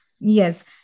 Yes